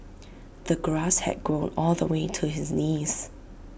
the grass had grown all the way to his knees